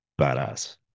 badass